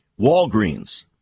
Walgreens